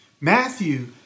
Matthew